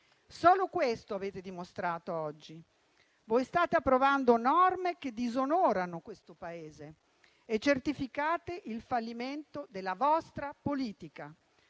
Solo questo avete dimostrato oggi. State approvando norme che disonorano questo Paese e certificate il fallimento della vostra politica.